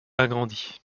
agrandi